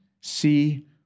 See